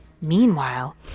Meanwhile